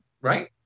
right